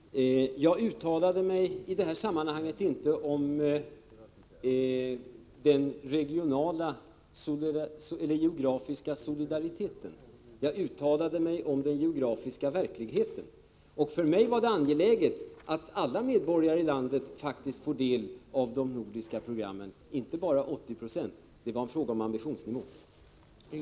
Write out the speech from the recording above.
Herr talman! Jag uttalade mig i det här sammanhanget inte om den geografiska solidariteten. Jag uttalade mig om den geografiska verkligheten. För mig var det angeläget att alla medborgare i landet faktiskt skulle få del av de nordiska programmen —- inte bara 80 20. Det var fråga om ambitionsnivån.